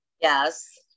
Yes